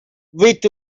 with